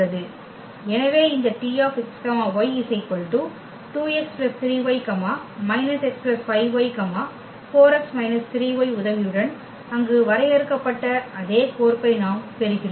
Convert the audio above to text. எனவே இந்த Tx y 2x 3y −x 5y 4x − 3y உதவியுடன் அங்கு வரையறுக்கப்பட்ட அதே கோர்ப்பை நாம் பெறுகிறோம்